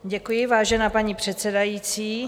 Děkuji, vážená paní předsedající.